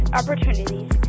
opportunities